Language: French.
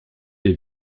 des